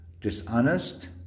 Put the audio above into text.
dishonest